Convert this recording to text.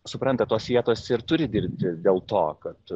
suprantat tos vietos ir turi dirbti dėl to kad